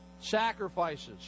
sacrifices